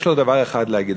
יש לו דבר אחד להגיד,